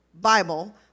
Bible